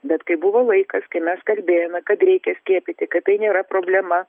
bet kai buvo laikas kai mes kalbėjome kad reikia skiepyti kad tai nėra problema